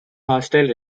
hostile